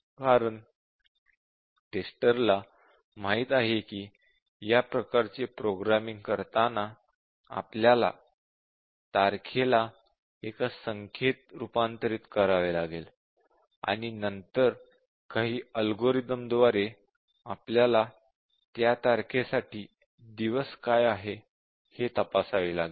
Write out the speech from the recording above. कारण टेस्टर ला माहित आहे की या प्रकारचे प्रोग्रामिंग करताना आपल्याला तारखेला एका संख्येत रूपांतरित करावे लागेल आणि नंतर काही अल्गोरिदम द्वारे आपल्याला त्या तारखेसाठी दिवस काय आहे ते तपासावे लागेल